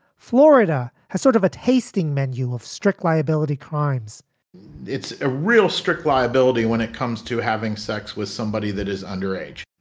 florida has sort of a tasting menu of strict liability crimes it's a real strict liability when it comes to having sex with somebody that is underage.